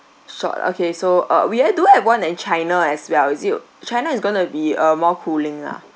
short okay so uh we ha~ do have one in china as well is it china is going to be uh more cooling ah